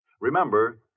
Remember